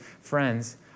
friends